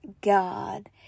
god